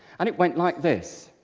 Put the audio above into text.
and it went like this.